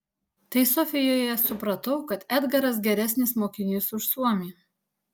tai sofijoje supratau kad edgaras geresnis mokinys už suomį